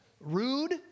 rude